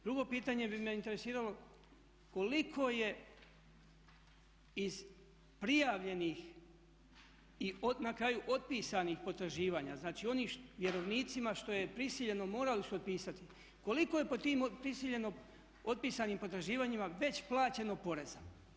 Drugo pitanje bi me interesiralo koliko je iz prijavljenih i na kraju otpisanih potraživanja, znači onim vjerovnicima što je prisiljeno, morali su otpisati, koliko je po tim prisiljeno otpisanim potraživanjima već plaćeno poreza?